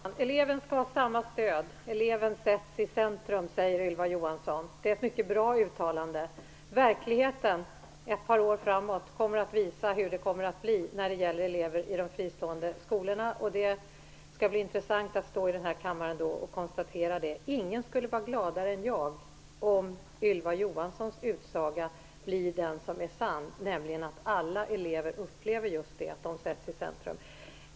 Herr talman! Eleverna skall ha samma stöd, och eleven sätts i centrum, säger Ylva Johansson. Det är ett mycket bra uttalande. Verkligheten om ett par år kommer att visa hur det blev när det gäller elever i de fristående skolorna, och det skall bli intressant att då stå här i kammaren och konstatera det. Ingen skulle vara gladare än jag om Ylva Johanssons utsaga blev sann, så att alla elever upplevde att de just sätts i centrum.